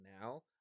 now